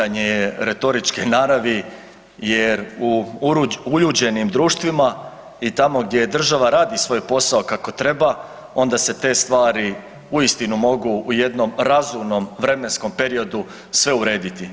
Pitanje je retoričke naravi jer u uljuđenim društvima i tamo gdje država radi svoj posao kako treba onda se te stvari uistinu mogu u jednom razumnom vremenskom periodu sve urediti.